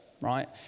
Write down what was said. right